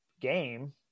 game